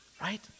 right